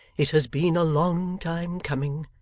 it has been a long time coming,